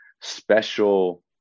special